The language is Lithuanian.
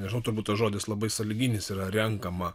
nežinau turbūt tas žodis labai sąlyginis yra renkama